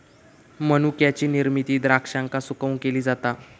मनुक्याची निर्मिती द्राक्षांका सुकवून केली जाता